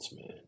man